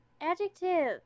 Adjective